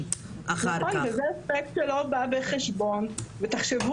אבל זו המטרה מניתוח אמיתי שצריך